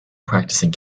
practicing